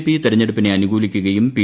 P തെരഞ്ഞെടുപ്പിനെ അനുകൂലിക്കുകയും P